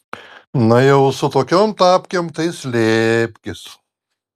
na jau su tokiom tapkėm tai slėpkis